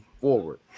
forward